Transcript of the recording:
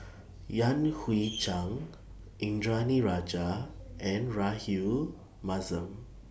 Yan Hui Chang Indranee Rajah and Rahayu Mahzam